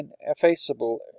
ineffaceable